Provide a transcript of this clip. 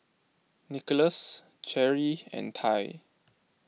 Nicholaus Cheri and Tai